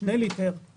שני ליטרים,